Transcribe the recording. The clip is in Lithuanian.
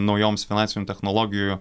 naujoms finansinių technologijų